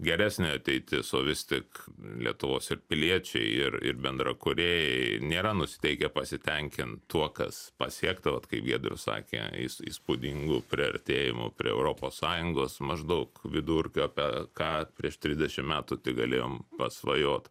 geresnė ateitis o vis tik lietuvos ir piliečiai ir ir bendrakūrėjai nėra nusiteikę pasitenkint tuo kas pasiekta vat kaip giedrius sakė įs įspūdingu priartėjimu prie europos sąjungos maždaug vidurkio apie ką prieš trisdešim metų tik galėjom pasvajot